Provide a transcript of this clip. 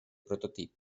prototip